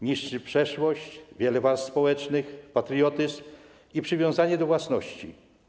Niszczy przeszłość, wiele warstw społecznych, patriotyzm i przywiązanie do własności.